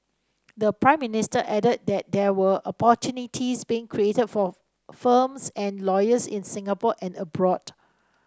the Prime Minister added that there were opportunities being created for firms and lawyers in Singapore and abroad